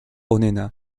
onena